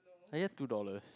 I have two dollars